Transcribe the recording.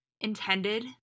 intended